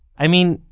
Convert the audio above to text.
i mean,